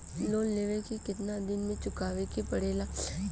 Loan लेवे के कितना दिन मे चुकावे के पड़ेला?